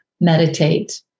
meditate